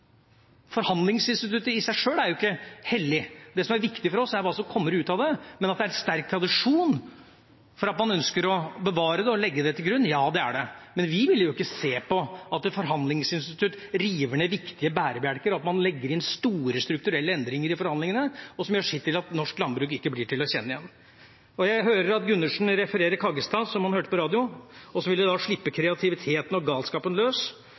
Forhandlingsinstituttet i seg sjøl er jo ikke hellig. Det som er viktig for oss, er hva som kommer ut av det. Men at det er en sterk tradisjon for at man ønsker å bevare det og legge det til grunn – ja, det er det. Men vi vil jo ikke se på at et forhandlingsinstitutt river ned viktige bærebjelker, og at man legger inn store strukturelle endringer i forhandlingene, som gjør sitt til at norsk landbruk ikke blir til å kjenne igjen. Jeg hører at Gundersen refererer Kaggestad, som han hørte på radio, og så ville de slippe kreativiteten og galskapen løs.